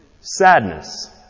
Sadness